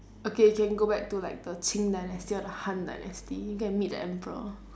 okay you can go back to like the qing dynasty or the han dynasty you can meet the emperor